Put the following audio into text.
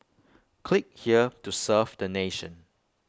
click here to serve the nation